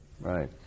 right